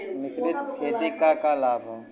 मिश्रित खेती क का लाभ ह?